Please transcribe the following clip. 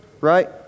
right